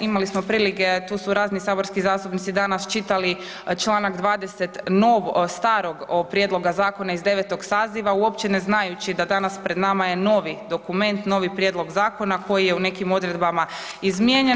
Imali smo prilike, tu su razni saborski zastupnici danas čitali čl.20. starog prijedloga zakona iz 9. saziva uopće ne znajući da danas pred nama je novi dokument, novi prijedlog zakona koji je u nekim odredbama izmijenjen.